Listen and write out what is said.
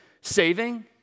Saving